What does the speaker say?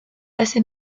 assez